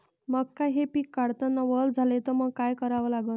मका हे पिक काढतांना वल झाले तर मंग काय करावं लागन?